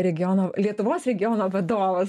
regiono lietuvos regiono vadovas